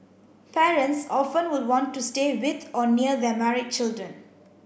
parents often would want to stay with or near their married children